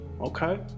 okay